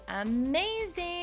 amazing